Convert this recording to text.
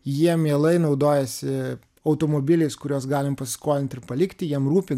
jie mielai naudojasi automobiliais kuriuos galim paskolinti ir palikti jiem rūpi